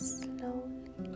slowly